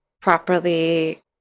properly